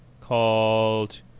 called